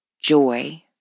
joy